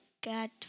God